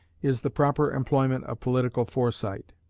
is the proper employment of political foresight.